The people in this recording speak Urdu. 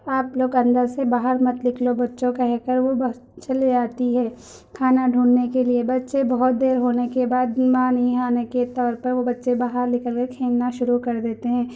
آپ لوگ اندر سے باہر مت نکلو بچّوں کو کہہ کر وہ بس چلی آتی ہے کھانا ڈھونڈنے کے لیے بچّے بہت دیر ہونے کے بعد ماں نہیں آنے کے طور میں وہ بچّے باہر نکل کے کھیلنا شروع کر دیتے ہیں